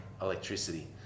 electricity